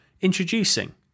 introducing